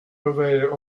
aware